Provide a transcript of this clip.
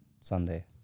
Sunday